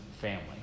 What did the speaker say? family